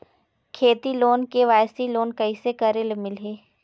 खेती loan KYC loan कइसे करे ले मिलही?